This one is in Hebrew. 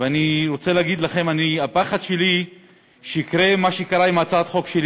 ואני רוצה להגיד לכם: הפחד שלי הוא שיקרה מה שקרה עם הצעת החוק שלי